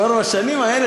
כבר בשנים האלה,